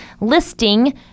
listing